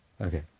okay